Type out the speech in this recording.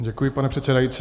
Děkuji, pane předsedající.